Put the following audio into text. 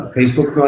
Facebook